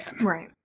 Right